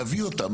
להביא אותם,